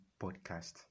Podcast